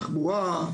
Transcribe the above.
תחבורה,